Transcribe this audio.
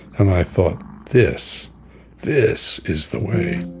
and i thought this this is the way.